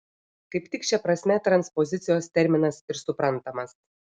kaip tik šia prasme transpozicijos terminas ir suprantamas